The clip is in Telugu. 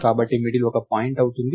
కాబట్టి మిడిల్ ఒక పాయింట్ అవుతుంది